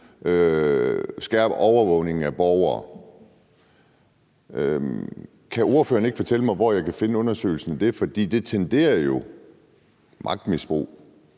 skærpe overvågningen af borgerne. Kan ordføreren ikke fortælle mig, hvor jeg kan finde en undersøgelse af det, for det tenderer jo magtmisbrug?